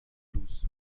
روز